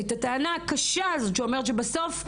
את הטענה הקשה הזאת שאומרת שבסוף,